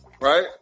right